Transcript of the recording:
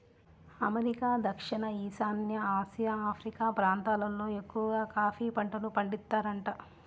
America, దక్షిణ ఈశాన్య Asia, Africa ప్రాంతాలల్లో ఎక్కవగా కాఫీ పంటను పండిత్తారంట